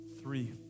three